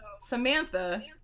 Samantha